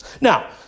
Now